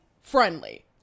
friendly